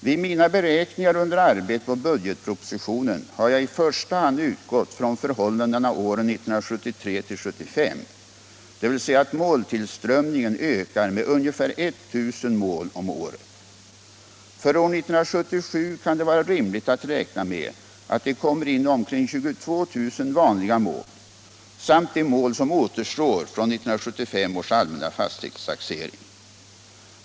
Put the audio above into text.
Vid mina beräkningar under arbetet på budgetpropositionen har jag i första hand utgått från förhållandena åren 1973-1975, dvs. att måltillströmningen ökar med ungefär 1000 mål om året. För år 1977 kan det vara rimligt att räkna med att det kommer in omkring 22 000 vanliga mål samt de mål som återstår från 1975 års allmänna fastighetstaxering.